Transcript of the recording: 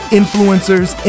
influencers